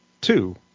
two